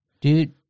Dude